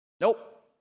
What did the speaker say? Nope